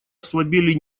ослабели